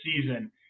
season